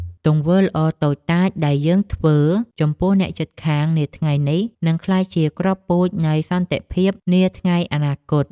ទង្វើល្អតូចតាចដែលយើងធ្វើចំពោះអ្នកជិតខាងនាថ្ងៃនេះនឹងក្លាយជាគ្រាប់ពូជនៃសន្តិភាពនាថ្ងៃអនាគត។